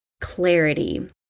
clarity